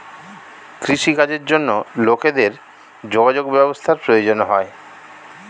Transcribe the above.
কৃষি কাজের জন্য লোকেদের যোগাযোগ ব্যবস্থার প্রয়োজন হয়